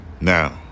Now